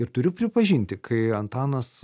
ir turiu pripažinti kai antanas